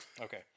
Okay